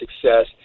success